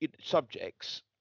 subjects